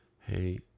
Hey